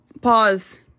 pause